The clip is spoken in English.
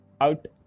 out